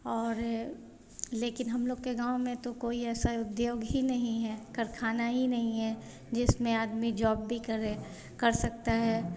और लेकिन हम लोग के गाँव में तो कोई ऐसा उद्योग ही नहीं है करख़ाना ही नहीं है जिसमें आदमी जॉब भी करे कर सकता है